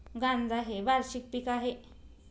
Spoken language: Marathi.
गांजा हे वार्षिक पीक आहे